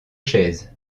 chaises